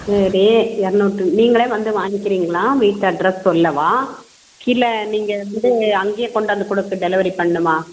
சரி இரநூறு லிட்ரு நீங்களே வந்து வாங்கிக்கிறீங்களா வீட் அட்ரெஸ் சொல்லவா இல்லை நீங்கள் வந்து அங்கையே கொண்டாந்து கொடுத்து டெலிவரி பண்ணணும்மா